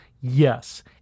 yes